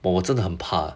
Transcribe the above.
我真的很怕